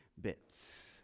bits